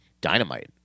dynamite